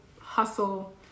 hustle